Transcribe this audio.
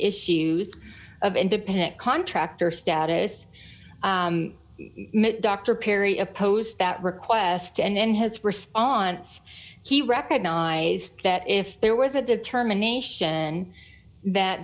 issues of independent contractor status dr perry opposed that request and then his response he recognized that if there was a determination that